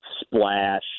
splash